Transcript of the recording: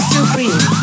Supreme